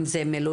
אם זה מילולית,